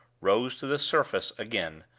rose to the surface again,